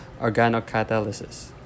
organocatalysis